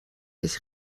ich